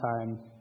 time